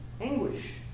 anguish